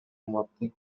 маалыматты